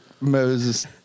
Moses